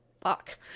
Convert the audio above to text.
fuck